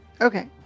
Okay